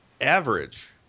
average